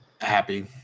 happy